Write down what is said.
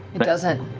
it doesn't.